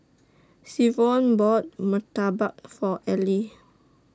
Savion bought Murtabak For Ally